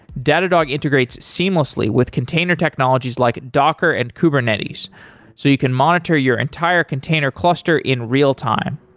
datadog integrates seamlessly with container technologies like docker and kubernetes so you can monitor your entire container cluster in real time.